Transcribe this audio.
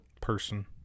person